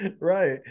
right